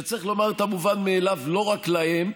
שצריך לומר את המובן מאליו לא רק להם,